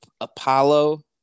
Apollo